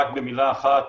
רק במילה אחת,